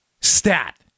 Stat